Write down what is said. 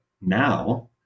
now